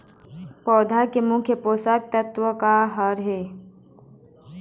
पौधा के मुख्य पोषकतत्व का हर हे?